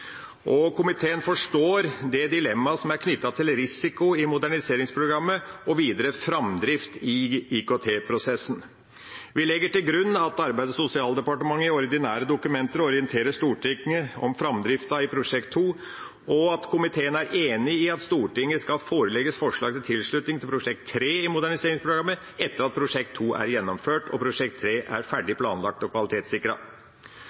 Moderniseringsprogrammet. Komiteen forstår det dilemmaet som er knyttet til risiko i Moderniseringsprogrammet og videre framdrift i IKT-prosessen. Vi legger til grunn at Arbeids- og sosialdepartementet i ordinære dokumenter orienterer Stortinget om framdriften i Prosjekt 2, og at komiteen er enig i at Stortinget skal forelegges forslag om tilslutning til Prosjekt 3 i Moderniseringsprogrammet etter at Prosjekt 2 er gjennomført og Prosjekt 3 er